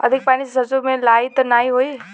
अधिक पानी से सरसो मे लाही त नाही होई?